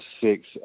six